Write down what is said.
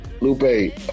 lupe